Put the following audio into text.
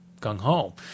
Gung-ho